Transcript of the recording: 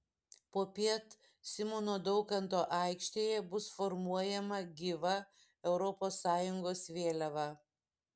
popiet simono daukanto aikštėje bus formuojama gyva europos sąjungos vėliava